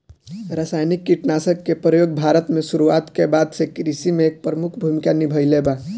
रासायनिक कीटनाशक के प्रयोग भारत में शुरुआत के बाद से कृषि में एक प्रमुख भूमिका निभाइले बा